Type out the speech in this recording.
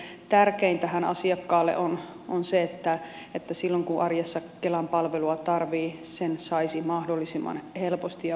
tärkeintähän asiakkaalle on se että silloin kun arjessa kelan palvelua tarvitsee sen saisi mahdollisimman helposti ja vaivattomasti